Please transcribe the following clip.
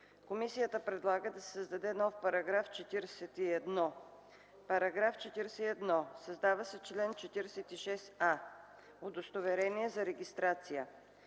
Комисията предлага да се създаде нов § 41: „§ 41. Създава се чл. 46а: „Удостоверение за регистрация